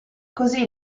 così